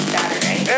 Saturday